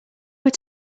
were